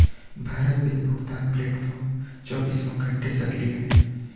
Bharat bill भुगतान platform चौबीसों घंटे सक्रिय है